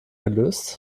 gelöst